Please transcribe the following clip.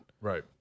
Right